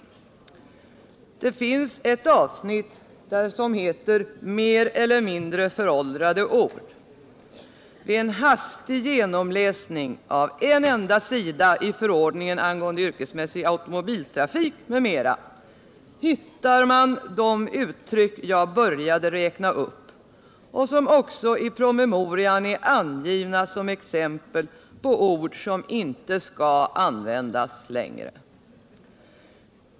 I den här promemorian finns ett avsnitt med rubriken Mer eller mindre föråldrade ord. Vid en hastig genomläsning av en enda sida i förordningen angående yrkesmässig automobiltrafik m.m. hittar man de uttryck jag började räkna upp och som också i promemorian är angivna som exempel på ord som inte skall användas längre.